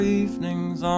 evenings